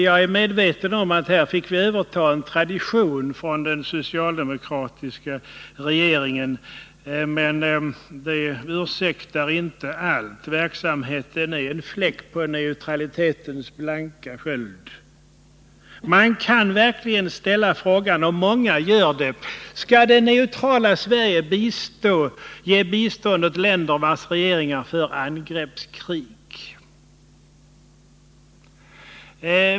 Jag är medveten om att vi fick överta en tradition från den socialdemokratiska tiden, men det ursäktar inte allt. Verksamheten är en fläck på neutralitetens blanka sköld. Man kan verkligen ställa frågan — och många gör det: Skall det neutrala Sverige ge bistånd åt länder vars regeringar för angreppskrig?